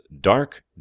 Dark